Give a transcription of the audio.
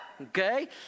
Okay